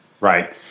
Right